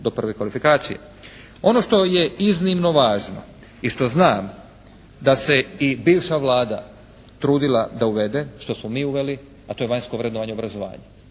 do prve kval0ifikacije. Ono što je iznimno važno i što znam da se i bivša Vlada trudila da uvede, što smo mi uveli, a to je vanjsko vrednovanje obrazovanja.